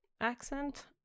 accent